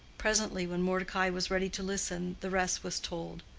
presently when mordecai was ready to listen, the rest was told.